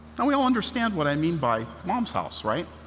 and we all understand what i mean by mom's house, right?